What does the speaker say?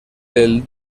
del